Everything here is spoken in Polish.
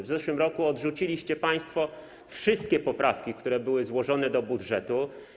W zeszłym roku odrzuciliście państwo wszystkie poprawki, które były złożone do budżetu.